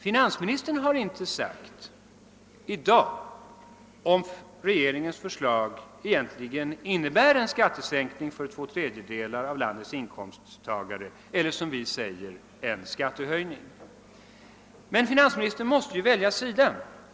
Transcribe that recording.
Finansministern har inte sagt i dag, om regeringens förslag egentligen innebär en skattesänkning för två tredjede lar av landets inkomsttagare eller, som vi säger, en skattehöjning. Men finansministern måste välja sida.